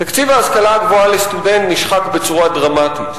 תקציב ההשכלה הגבוהה לסטודנט נשחק בצורה דרמטית.